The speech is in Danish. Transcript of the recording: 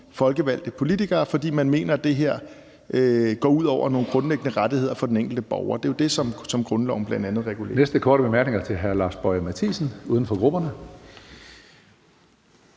folkevalgte politikere, fordi man mener, at det her går ud over nogle grundlæggende rettigheder for den enkelte borger. Det er jo det, som grundloven bl.a. regulerer.